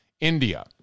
India